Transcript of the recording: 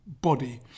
body